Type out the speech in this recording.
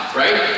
right